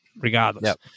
Regardless